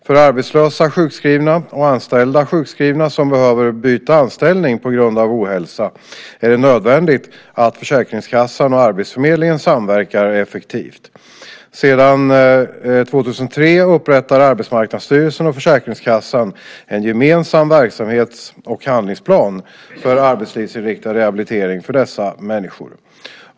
För arbetslösa sjukskrivna och anställda sjukskrivna som behöver byta anställning på grund av ohälsa är det nödvändigt att Försäkringskassan och arbetsförmedlingen samverkar effektivt. Sedan 2003 upprättar Arbetsmarknadsstyrelsen och Försäkringskassan en gemensam verksamhets och handlingsplan för arbetslivsinriktad rehabilitering för dessa människor.